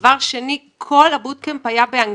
זה היה שלושה וחצי חודשים,